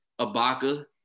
Abaka